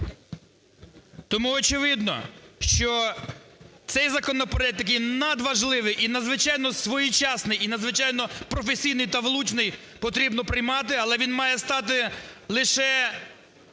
Тому очевидно, що цей законопроект, який надважливий і надзвичайно своєчасний, і надзвичайно професійний та влучний потрібно приймати. Але він має стати лише